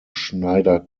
schneider